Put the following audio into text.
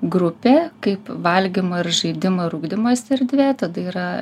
grupė kaip valgymo ir žaidimo ir ugdymosi erdvė tada yra